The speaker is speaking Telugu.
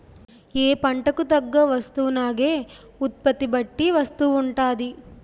ఏ పంటకు తగ్గ వస్తువునాగే ఉత్పత్తి బట్టి వస్తువు ఉంటాది